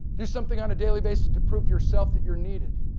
do something on a daily basis to prove yourself that you're needed.